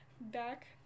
back